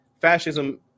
fascism